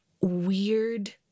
weird